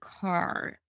car